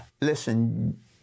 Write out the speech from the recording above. Listen